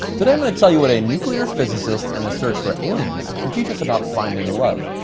today i'm gonna tell you what a nuclear physicist and the search for aliens can teach us about finding love!